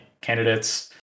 candidates